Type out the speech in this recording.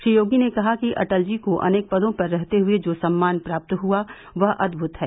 श्री योगी ने कहा कि अटल जी को अनेक पदों पर रहते हुये जो सम्मान प्राप्त हुआ वह अदभुत है